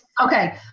okay